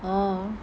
oh